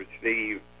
receive